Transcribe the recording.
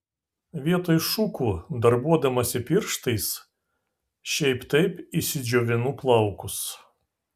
vietoj šukų darbuodamasi pirštais šiaip taip išsidžiovinu plaukus